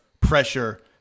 pressure